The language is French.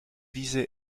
visé